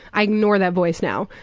i ignore that voice now.